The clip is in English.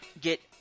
get